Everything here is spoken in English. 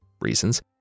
reasons